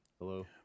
Hello